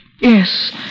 Yes